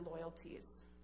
loyalties